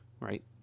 right